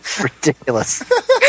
Ridiculous